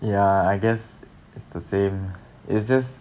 yeah I guess it's the same it's just